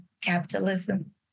capitalism